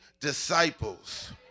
disciples